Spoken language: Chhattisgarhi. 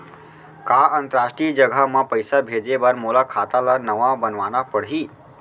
का अंतरराष्ट्रीय जगह म पइसा भेजे बर मोला खाता ल नवा बनवाना पड़ही?